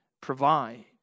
provide